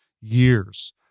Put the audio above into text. years